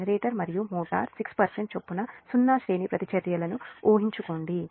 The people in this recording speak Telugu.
జనరేటర్ మరియు మోటార్లు 6 చొప్పున సున్నా శ్రేణి ప్రతిచర్యలను హించుకోండి